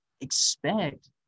expect